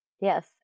Yes